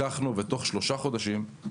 לקחנו את הנושא ותוך שלושה חודשים, הקמנו